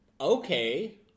Okay